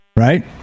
right